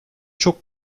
çok